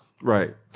Right